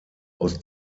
aus